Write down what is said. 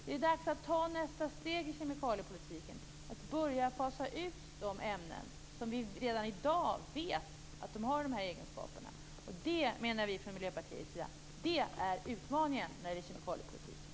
Det är dags att ta nästa steg i kemikaliepolitiken och börja fasa ut de ämnen som vi redan i dag vet har de här egenskaperna. Det menar vi i Miljöpartiet är utmaningen när det gäller kemikaliepolitiken!